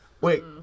Wait